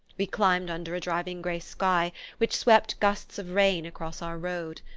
we climbed under a driving grey sky which swept gusts of rain across our road.